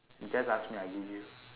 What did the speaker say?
you just ask me I give you